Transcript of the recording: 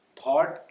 thought